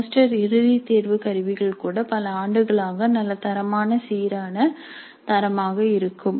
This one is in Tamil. செமஸ்டர் இறுதி தேர்வு கருவிகள் கூட பல ஆண்டுகளாக நல்ல தரமான சீரான தரமாக இருக்கும்